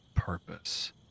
Purpose